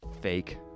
Fake